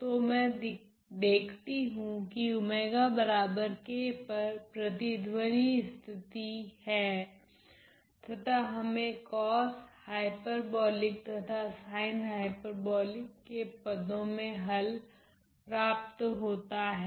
तो मैं देखती हूँ कि पर प्रतिध्वनि स्थिति है तथा हमे कॉस हायपर्बोलिक तथा साइन हायपर्बोलिक के पदो मे हल प्राप्त होता हैं